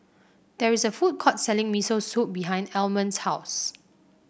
there is a food court selling Miso Soup behind Almond's house